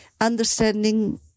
understanding